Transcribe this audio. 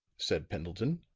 said pendleton.